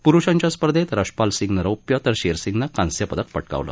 पुरुषांच्या स्पर्धेत रशपाल सिंगनं रौप्य तर शेरसिंगनं कांस्यपदक पटकावलं